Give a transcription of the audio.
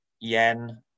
yen